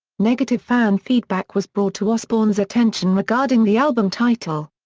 negative fan feedback was brought to osbourne's attention regarding the album title.